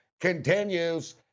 continues